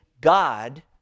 God